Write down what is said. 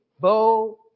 bow